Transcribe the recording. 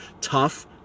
tough